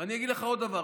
ואני אגיד לך עוד דבר.